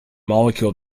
molecule